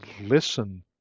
listen